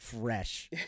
Fresh